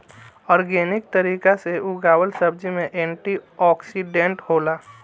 organic तरीका से उगावल सब्जी में एंटी ओक्सिडेंट होला